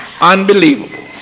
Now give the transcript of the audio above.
unbelievable